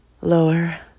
lower